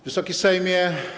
Wysoki Sejmie!